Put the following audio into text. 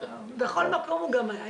בכל מקום הוא גם היה.